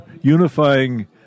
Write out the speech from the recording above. unifying